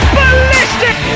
ballistic